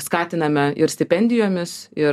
skatiname ir stipendijomis ir